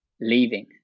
leaving